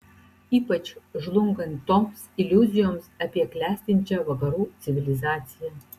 ypač žlungant toms iliuzijoms apie klestinčią vakarų civilizaciją